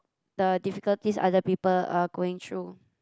the difficulties other people are going through